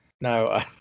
No